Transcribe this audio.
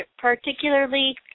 particularly